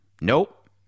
nope